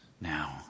now